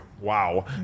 Wow